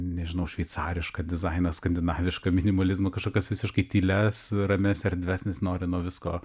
nežinau šveicarišką dizainą skandinavišką minimalizmą kažkokias visiškai tylias ramias erdves nes nori nuo visko